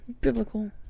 Biblical